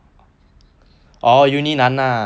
oh uni 难 lah